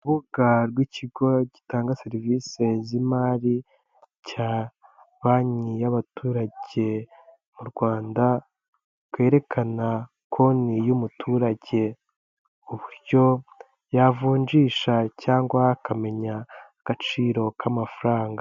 Urubuga rw'ikigo gitanga serivisi z'imari cya banki y'abaturage mu Rwanda rwerekana konti y'umuturage uburyo yavunjisha cyangwa akamenya agaciro k'amafaranga.